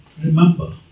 remember